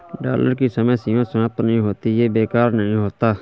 dollar की समय सीमा समाप्त नहीं होती है या बेकार नहीं होती है